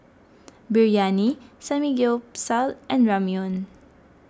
Biryani Samgyeopsal and Ramyeon